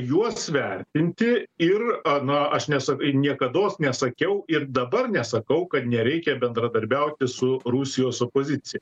juos vertinti ir a na aš nesa niekados nesakiau ir dabar nesakau kad nereikia bendradarbiauti su rusijos opozicija